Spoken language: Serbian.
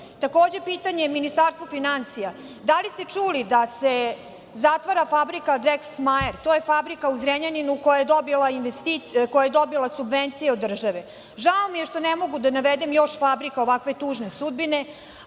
pitanje Ministarstvu finansija, da li ste čuli da se zatvara fabrika „Drekslmajer“, to je fabrika u Zrenjaninu koja je dobila subvencije od države. Žao mi je što ne mogu da navedem još fabrika ovako tužne sudbine,